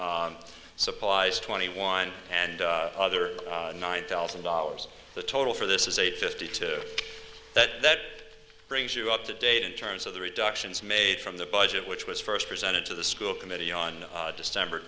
classroom supplies twenty one and other nine thousand dollars the total for this is eight fifty two that brings you up to date in terms of the reductions made from the budget which was first presented to the school committee on december